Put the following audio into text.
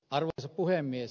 arvoisa puhemies